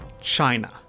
China